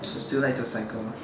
so still like to cycle